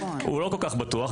הוא לא כל כך בטוח.